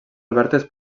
obertes